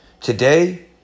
today